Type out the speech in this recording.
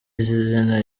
izina